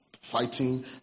fighting